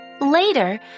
Later